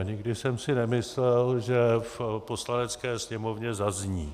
Nikdy jsem si nemyslel, že v Poslanecké sněmovně zazní.